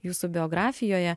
jūsų biografijoje